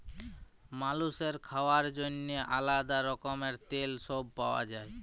মালুসের খাওয়ার জন্যেহে আলাদা রকমের তেল সব পাওয়া যায়